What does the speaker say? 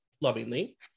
lovingly